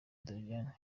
doriane